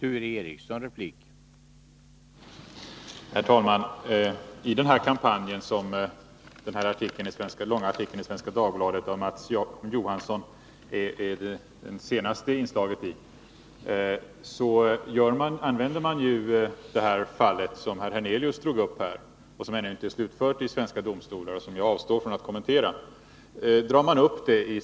Herr talman! I den kampanj mot SIPRI som den långa artikeln av Mats Johansson i Svenska Dagbladet är det senaste inslaget i använder man det fall som herr Hernelius drog upp här och som ännu inte är slutfört i svenska domstolar. Jag avstår från att kommentera det.